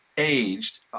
aged